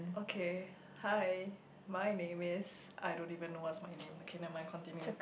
okay hi my name is I don't even know what's my name okay never mind continue